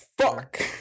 Fuck